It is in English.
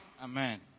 Amen